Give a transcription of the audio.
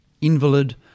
Invalid